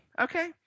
okay